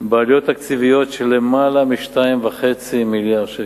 בעלויות תקציביות של למעלה מ-2.5 מיליארד שקל,